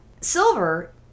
Silver